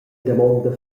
damonda